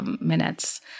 minutes